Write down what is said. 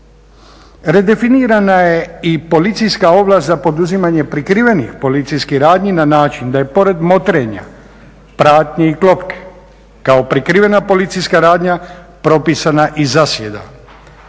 Redefinirana je i policijska ovlast za poduzimanje prekrivenih policijskih radnji na način da je pored motrenja pratnji i klopke kao prekrivena policijska radnja propisana i zasjeda.